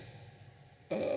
uh